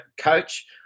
coach